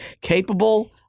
capable